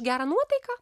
gerą nuotaiką